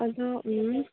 ꯑꯗꯣ ꯎꯝ